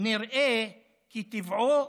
נראה כי טבעו